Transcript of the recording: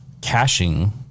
caching